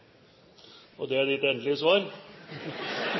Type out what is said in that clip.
og tilhøva. Til det er det